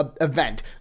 event